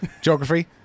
Geography